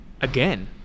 again